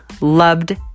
loved